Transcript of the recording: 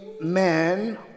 man